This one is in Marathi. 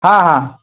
हा हा